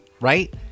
right